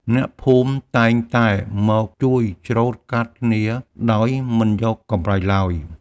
អ្នកភូមិតែងតែមកជួយច្រូតកាត់គ្នាដោយមិនយកកម្រៃឡើយ។